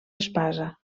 espasa